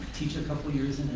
teach a couple years in and